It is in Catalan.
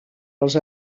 els